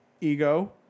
ego